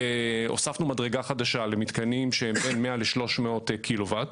הוספנו מדרגה חדשה למתקנים שהם בין 100 ל-300 קילוואט,